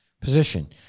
position